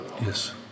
Yes